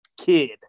kid